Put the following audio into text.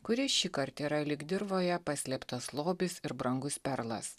kuri šįkart yra lyg dirvoje paslėptas lobis ir brangus perlas